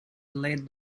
led